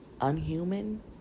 unhuman